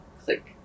click